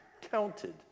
counted